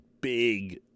big